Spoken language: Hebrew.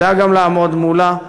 יודע גם לעמוד מולה,